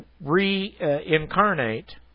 reincarnate